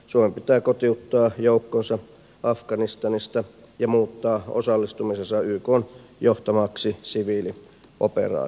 suomen pitää kotiuttaa joukkonsa afganistanista ja muuttaa osallistumisensa ykn johtamaksi siviilioperaatioksi